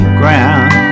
ground